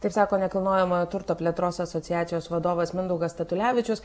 taip sako nekilnojamojo turto plėtros asociacijos vadovas mindaugas statulevičius